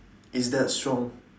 it's that strong